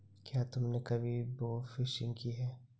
क्या तुमने कभी बोफिशिंग की है?